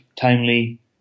timely